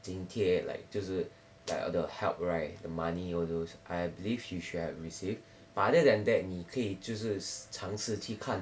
津贴 like 就是 like the help right the money all those I believe you should have received but other than that 你可以就是尝试去看